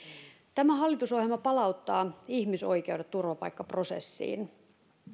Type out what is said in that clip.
tämä hallitusohjelma palauttaa ihmisoikeudet turvapaikkaprosessiin